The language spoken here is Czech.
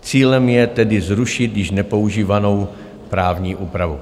Cílem je tedy zrušit již nepoužívanou právní úpravu.